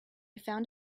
found